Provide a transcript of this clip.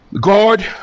God